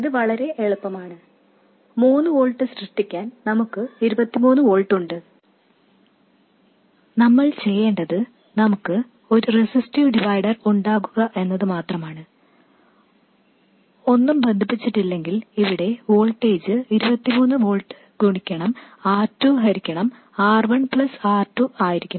ഇത് വളരെ എളുപ്പമാണ് 3 വോൾട്ട് സൃഷ്ടിക്കാൻ നമുക്ക് 23 വോൾട്ട് ഉണ്ട് നമ്മൾ ചെയ്യേണ്ടത് നമുക്ക് ഒരു റെസിസ്റ്റീവ് ഡിവൈഡർ ഉണ്ടാകുക എന്നത് മാത്രമാണ് ഒന്നും ബന്ധിപ്പിച്ചിട്ടില്ലെങ്കിൽ ഇവിടെ വോൾട്ടേജ് 23 വോൾട്ട് ഗുണിക്കണം R 2 ഹരിക്കണം R1 പ്ലസ് R2 ആയിരിക്കും